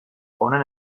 honen